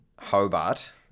Hobart